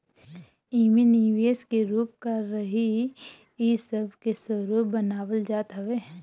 एमे निवेश के रूप का रही इ सब के स्वरूप बनावल जात हवे